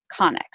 Connex